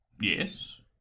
Yes